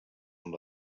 amb